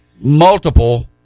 multiple